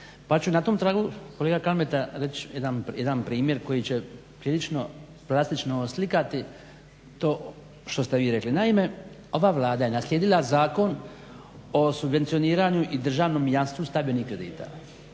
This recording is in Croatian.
Pa ću na tom tragu kolega Kalmeta reći jedan primjer koji će prilično … oslikati to što ste vi rekli. Naime, ova Vlada je naslijedila zakon o subvencioniranju i državnom jamstvu stabilnih kredita.